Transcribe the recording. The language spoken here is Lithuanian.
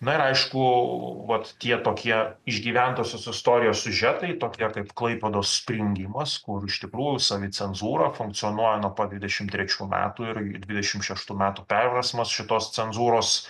na ir aišku vat tie tokie išgyventosios istorijos siužetai tokie kaip klaipėdos prijungimas kur iš tikrųjų savicenzūra funkcionuoja nuo pat dvidešim trečių metų ir dvidešim šeštų metų perversmas šitos cenzūros